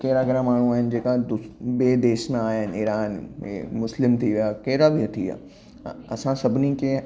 कहिड़ा कहिड़ा माण्हू आहिनि जेका दू ॿिए देश मां आया आहिनि ईरान मुस्लिम थी विया कहिड़ा बि थी विया असां सभिनी खे